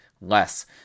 less